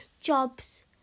jobs